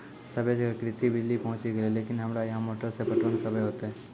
सबे जगह कृषि बिज़ली पहुंची गेलै लेकिन हमरा यहाँ मोटर से पटवन कबे होतय?